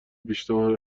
بیشتر